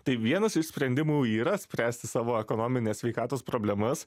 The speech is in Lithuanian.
tai vienas iš sprendimų yra spręsti savo ekonominės sveikatos problemas